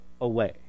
away